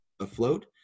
afloat